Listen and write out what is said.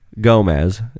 Gomez